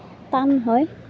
টান হয়